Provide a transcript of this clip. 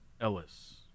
Ellis